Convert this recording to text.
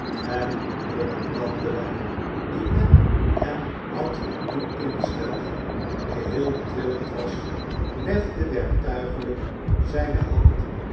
en door den brandewijn die men hem had doen inzwelgen geheel bedwelmd was legde werktuiglijk zijne hand